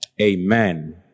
Amen